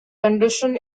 condition